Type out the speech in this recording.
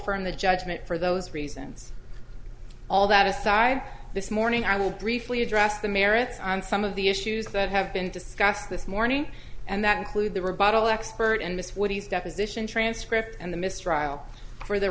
affirm the judgment for those reasons all that aside this morning i will briefly address the merits on some of the issues that have been discussed this morning and that include the rebuttal expert in this what he's deposition transcript and the mistrial for the